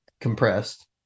compressed